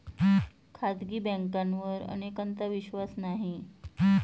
खाजगी बँकांवर अनेकांचा विश्वास नाही